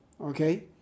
Okay